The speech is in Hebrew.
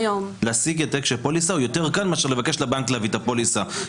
להשיג העתק של פוליסה יותר קל מאשר לבקש מהבנק להביא את הפוליסה,